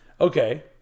Okay